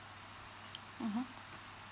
mmhmm